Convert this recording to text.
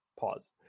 pause